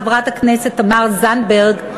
חברת הכנסת תמר זנדברג,